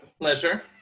Pleasure